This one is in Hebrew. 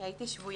כי הייתי שבויה.